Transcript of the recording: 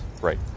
Right